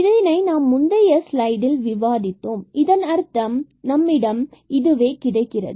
இதனை நாம் முந்தைய ஸ்லைடில் விவாதித்தோம் இதன் அர்த்தம் நம்மிடம் இதுவே கிடைக்கிறது